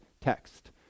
text